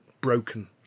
broken